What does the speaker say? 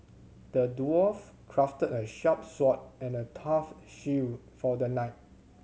the dwarf crafted a sharp sword and a tough shield for the knight